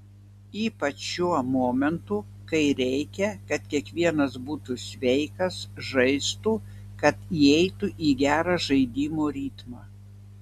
ypač šiuo momentu kai reikia kad kiekvienas būtų sveikas žaistų kad įeitų į gerą žaidimo ritmą